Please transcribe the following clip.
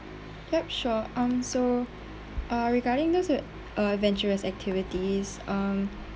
yup sure um so uh regarding those wou~ uh adventurous activities um